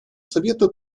совета